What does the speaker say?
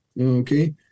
Okay